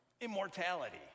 immortality